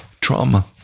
trauma